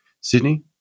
Sydney